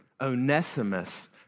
Onesimus